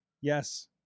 Yes